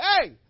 hey